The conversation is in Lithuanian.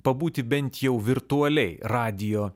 pabūti bent jau virtualiai radijo